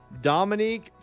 Dominique